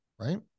right